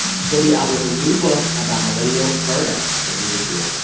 she'll be out with a new book about millennial burnout later this year.